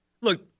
look